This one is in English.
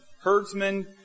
herdsmen